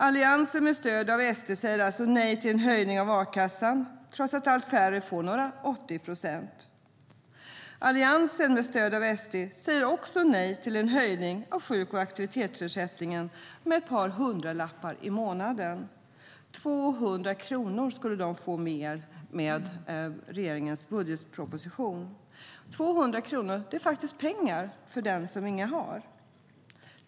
Alliansen med stöd av SD säger alltså nej till en höjning av a-kassan trots att allt färre får ut några 80 procent. Alliansen med stöd av SD säger också nej till en höjning av sjuk och aktivitetsersättningen med ett par hundralappar i månaden. 200 kronor mer skulle de få med regeringens budgetproposition. Det är faktiskt pengar för den som inga har.